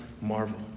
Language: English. Marvel